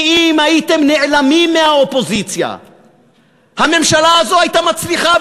כי אם הייתם נעלמים מהאופוזיציה הממשלה הזאת הייתה מצליחה,